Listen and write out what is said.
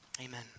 Amen